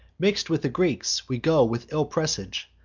mix'd with the greeks, we go with ill presage,